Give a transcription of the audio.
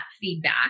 feedback